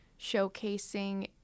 showcasing